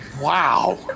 wow